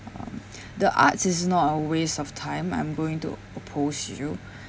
uh the arts is not a waste of time I'm going to oppose you